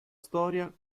storia